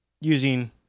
Using